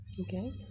Okay